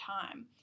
time